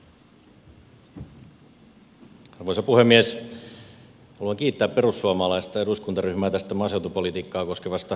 haluan kiittää perussuomalaista eduskuntaryhmää tästä maaseutupolitiikkaa koskevasta keskustelualoitteesta